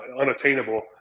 unattainable